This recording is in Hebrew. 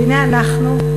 והנה אנחנו,